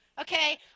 okay